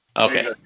Okay